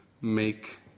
make